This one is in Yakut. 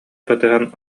батыһан